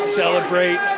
celebrate